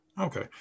Okay